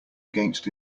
against